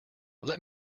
let